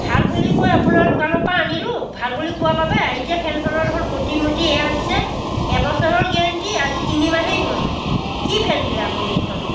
ভাল বুলি কৈ আপোনাৰ দোকানৰ পৰা আনিলোঁ ভাল বুলি কোৱা বাবে এতিয়া ফেনখনৰ দেখোন গতি মতি এয়া হৈছে এবছৰৰ গেৰাণ্টি আজি তিনিমাহেই হোৱা নাই কি ফেন দিলে আপুনি এইখন